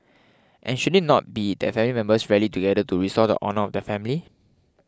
and should it not be that family members rally together to restore the honour of the family